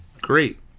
Great